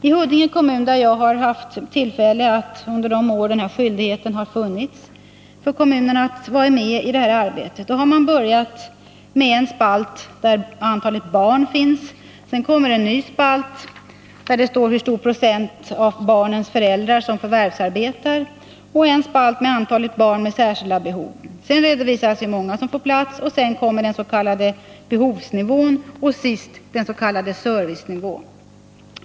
I Huddinge kommun, där jag haft tillfälle att vara medi detta arbete under de år denna skyldighet funnits för kommunerna, har man börjat med en spalt där antalet barn finns, och därefter kommer en ny spalt där det står hur stor procent av barnens föräldrar som förvärvsarbetar samt en spalt som upptar antalet barn med särskilda behov. Sedan redovisas hur många som får plats, därefter kommer den s.k. behovsnivån och sist den s.k. servicenivån.